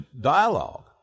dialogue